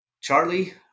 Charlie